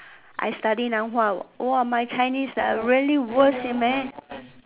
I study now !wah! !wah! my Chinese ah really worse you man